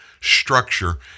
structure